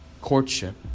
courtship